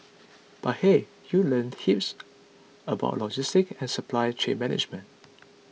but hey you learn heaps about logistics and supply chain management